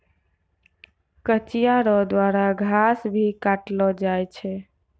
कचिया रो द्वारा घास भी काटलो जाय छै